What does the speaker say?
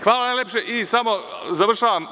Hvala najlepše i samo završavam.